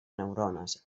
neurones